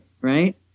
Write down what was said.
right